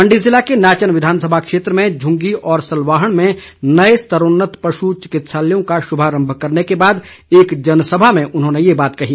मंडी ज़िले के नाचन विधानसभा क्षेत्र में झुंगी और सलवाहण में नए स्तरोन्नत पशु चिकित्सालय का शुभारम्भ करने के बाद एक जनसभा में उन्होंने ये बात कही